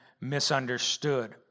misunderstood